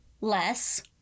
less